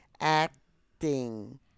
Acting